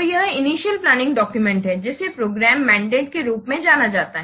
यह initial planning document है जिसे प्रोग्राम मैंडेट के रूप में जाना जाता है